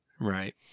Right